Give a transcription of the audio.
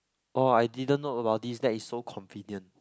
oh I didn't know about this that is so convenient